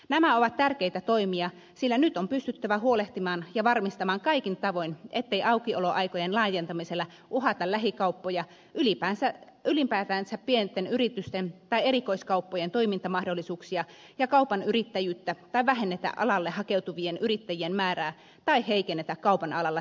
nämä ovat tärkeitä toimia sillä nyt on pystyttävä huolehtimaan ja varmistamaan kaikin tavoin ettei aukioloaikojen laajentamisella uhata lähikauppoja ylipäätänsä pienten yritysten tai erikoiskauppojen toimintamahdollisuuksia ja kaupan yrittäjyyttä tai vähennetä alalle hakeutuvien yrittäjien määrää tai heikennetä kaupan alalla työskentelevien asemaa